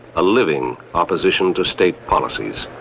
a living opposition to state policies.